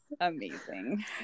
Amazing